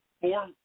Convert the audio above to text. four